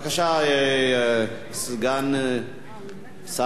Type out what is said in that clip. סגן שר האוצר,